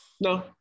No